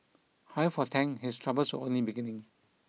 however for Tang his troubles were only beginning